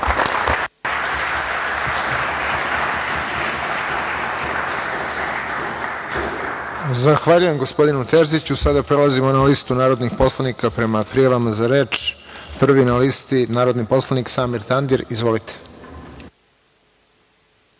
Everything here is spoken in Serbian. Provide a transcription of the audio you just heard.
Zahvaljujem, gospodinu Terziću. Sada prelazimo na listu narodnih poslanika prema prijavama za reč. Reč ima narodni poslanik Samir Tandir. Izvolite.